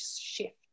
shift